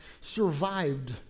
survived